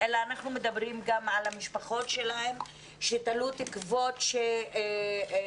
אלא אנחנו מדברים גם על המשפחות שלהם שתלו תקוות שבשנים